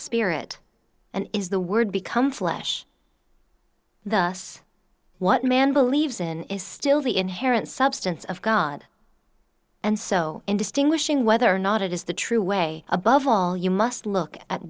spirit and is the word become flesh thus what man believes in is still the inherent substance of god and so in distinguishing whether or not it is the true way above all you must look at